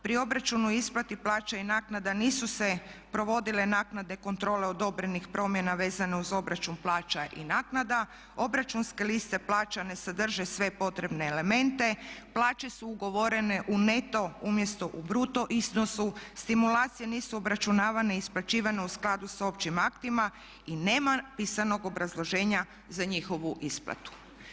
Pri obračunu i isplati plaća i naknada nisu se provodile naknade kontrole odobrenih promjena vezane uz obračun plaća i naknada, obračunske liste plaća ne sadrže sve potrebne elemente, plaće su ugovorene u neto, umjesto u bruto iznosu, stimulacije nisu obračunavane i isplaćivane u skladu s općim aktima i nema pisanog obrazloženja za njihovu isplatu.